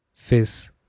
face